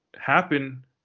happen